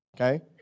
okay